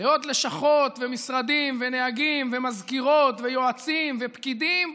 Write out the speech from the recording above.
לעוד לשכות ומשרדים ונהגים ומזכירות ויועצים ופקידים.